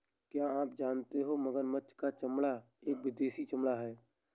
क्या आप जानते हो मगरमच्छ का चमड़ा एक विदेशी चमड़ा है